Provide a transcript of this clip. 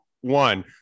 one